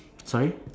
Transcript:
sorry